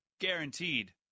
Guaranteed